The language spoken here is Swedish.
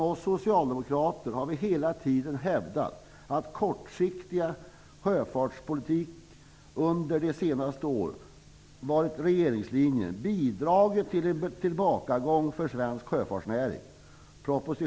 Vi socialdemokrater har hela tiden hävdat att kortsiktig sjöfartspolitik, som under de senaste åren har varit regeringslinjen, bidragit till en tillbakagång för svensk sjöfartsnäring.